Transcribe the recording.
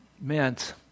meant